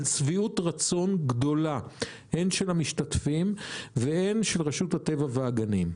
על שביעות רצון גדולה הן של המשתתפים והן של רשות הטבע והגנים.